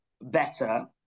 better